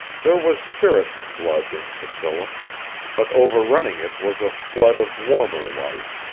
there was puritan blood in priscilla but overrunning it was a flood of warmer life,